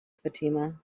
fatima